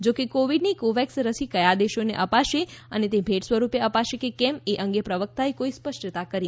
જોકે કોવિડની કોવેક્સ રસી કયા દેશોને અપાશે અને તે ભેટ સ્વરૂપે અપાશે કે કેમ એ અંગે પ્રવક્તાએ કોઈ સ્પષ્ટતા કરી નથી